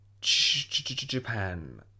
Japan